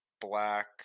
black